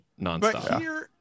nonstop